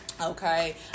okay